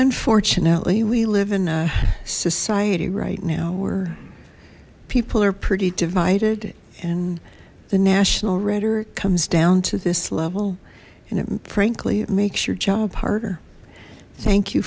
unfortunately we live in a society right now where people are pretty divided and the national rhetoric comes down to this level and it frankly it makes your job harder thank you